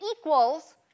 equals